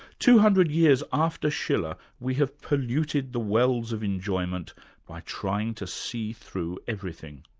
two hundred years after schiller, we have polluted the wells of enjoyment by trying to see through everything.